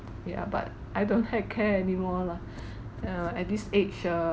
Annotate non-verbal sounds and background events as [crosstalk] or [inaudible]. ya but I don't heck care anymore lah [breath] yeah at this age err